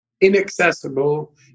inaccessible